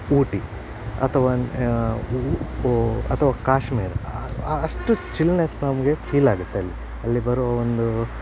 ಊಟಿ ಅಥವ ಊ ಓ ಅಥವ ಕಾಶ್ಮೀರ ಅಷ್ಟು ಚಿಲ್ನೆಸ್ ನಮಗೆ ಫೀಲ್ ಆಗುತ್ತೆ ಅಲ್ಲಿ ಅಲ್ಲಿ ಬರುವ ಒಂದು